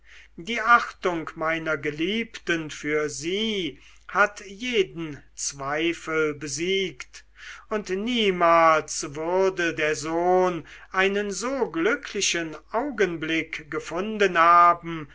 die achtung meiner geliebten für sie hat jeden zweifel besiegt und niemals würde der sohn einen so glücklichen augenblick gefunden haben